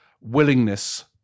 willingness